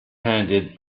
handed